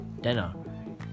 dinner